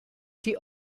die